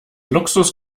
luxus